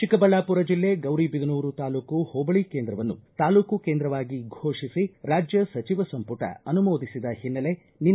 ಚಿಕ್ಕಬಳ್ಳಾಪುರ ಜಿಲ್ಲೆ ಗೌರಿಬಿದನೂರು ತಾಲೂಕು ಹೋಬಳಿ ಕೇಂದ್ರವನ್ನು ತಾಲೂಕು ಕೇಂದ್ರವಾಗಿ ಘೋಷಿಸಿ ರಾಜ್ಯ ಸಚಿವ ಸಂಪುಟ ಅನುಮೋದಿಸಿದ ಹಿನ್ನೆಲೆ ನಿನ್ನೆ ಜನ ಸಂಭ್ರಮಿಸಿದರು